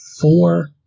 four